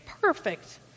perfect